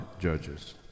judges